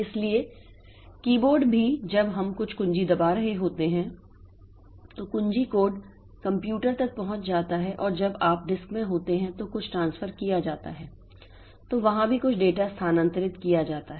इसलिए कीबोर्ड भी जब हम कुछ कुंजी दबा रहे होते हैं तो कुंजी कोड कंप्यूटर तक पहुंच जाता है और जब आप डिस्क में होते हैं तो जब कुछ ट्रांसफर किया जाता है तो वहां भी कुछ डेटा स्थानांतरित किया जाता है